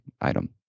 item